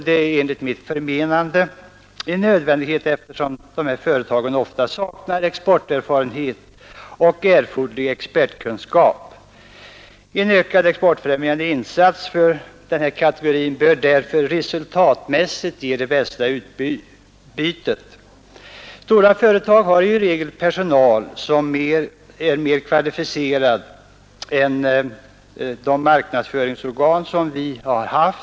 Det är enligt mitt förmenande en nödvändighet, eftersom de här företagen ofta saknar exporterfarenhet och erforderlig expertkunskap. En ökad exportfrämjande insats för den här kategorin bör därför resultatmässigt ge det bästa utbytet. Stora företag har ju i regel personal som är mer kvalificerad än de marknadsföringsorgan som de mindre och medelstora företagen har haft.